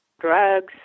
drugs